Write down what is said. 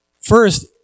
First